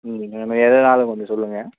ம் நம்ம எதுன்னாலும் கொஞ்சம் சொல்லுங்கள்